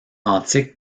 antique